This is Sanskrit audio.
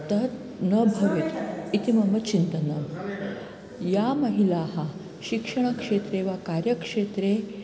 तत् न भवेत् इति मम चिन्तनं याः महिलाः शिक्षणक्षेत्रे वा कार्यक्षेत्रे